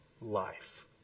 life